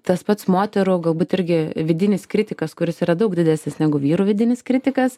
tas pats moterų galbūt irgi vidinis kritikas kuris yra daug didesnis negu vyrų vidinis kritikas